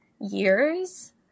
years